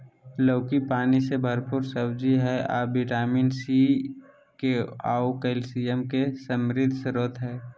लौकी पानी से भरपूर सब्जी हइ अ विटामिन सी, के आऊ कैल्शियम के समृद्ध स्रोत हइ